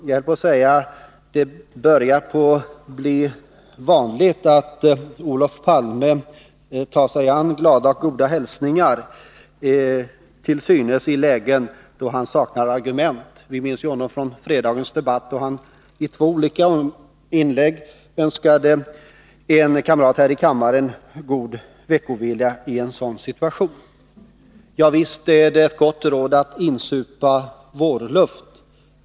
Jag höll på att säga att det börjar bli vanligt att Olof Palme ger goda och glada hälsningar, till synes i lägen då han saknar argument. Vi minns honom från fredagens debatt, då han i två olika inlägg önskade en kamrat här i kammaren god veckovila. Ja, visst är det ett gott råd att insupa vårluft.